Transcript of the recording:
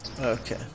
Okay